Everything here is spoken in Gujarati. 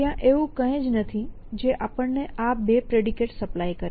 ત્યાં એવું કઈ જ નથી જે આપણને આ 2 પ્રેડિકેટ્સ સપ્લાય કરે